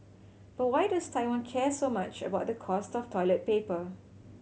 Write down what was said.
but why does Taiwan care so much about the cost of toilet paper